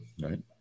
right